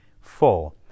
four